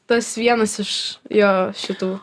tas vienas iš jo šitų